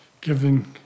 given